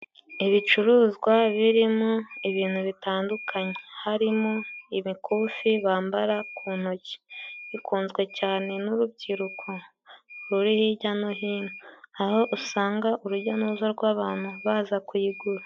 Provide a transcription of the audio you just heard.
Ibicuruzwa birimo ibintu bitandukanye harimo ibikufi bambara ku ntoki, ikunzwe cyane n'urubyiruko ruri hijya no hino, aho usanga urujya n'uruza rw'abantu baza kuyigura.